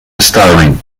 starving